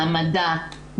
מ עמדה,